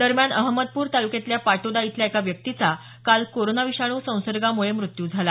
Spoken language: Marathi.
दरम्यान अहमदपूर तालुक्यातल्या पाटोदा इथल्या एका व्यक्तीचा काल कोरोना विषाणू संसर्गामुळे मृत्यू झाला